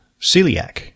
celiac